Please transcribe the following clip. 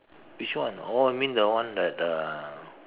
which one oh you mean the one at uh